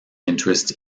interest